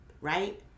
right